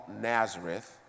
Nazareth